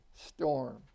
storm